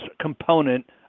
component